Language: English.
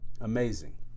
amazing